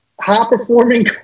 high-performing